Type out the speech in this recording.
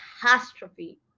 catastrophe